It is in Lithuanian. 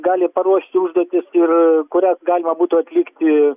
gali paruošti užduotis ir kurias galima būtų atlikti